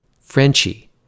Frenchie